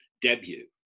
debut